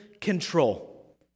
control